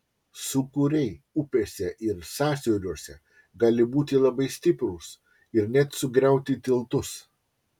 sūkuriai upėse ir sąsiauriuose gali būti labai stiprūs ir net sugriauti tiltus